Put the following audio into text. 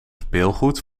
speelgoed